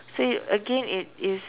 see again it is